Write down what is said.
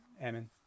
Emin